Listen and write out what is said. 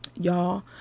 Y'all